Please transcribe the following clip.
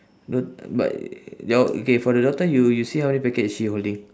no but your okay for the daughter you you see how many packet is she holding